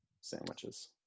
sandwiches